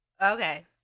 Okay